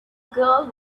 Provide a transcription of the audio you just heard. girl